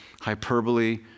hyperbole